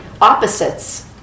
opposites